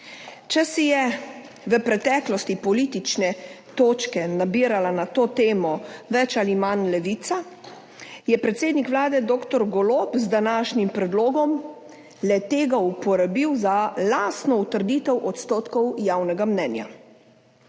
Če si je v preteklosti politične točke na to temo nabirala več ali manj Levica, je predsednik Vlade dr. Golob z današnjim predlogom le-tega uporabil za lastno utrditev odstotkov javnega mnenja.